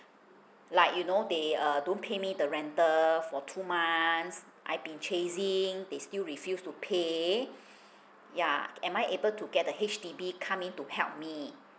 like you know they err don't pay me the rental for two months I've been chasing they still refused to pay yeah am I able to get the H_D_B come in to help me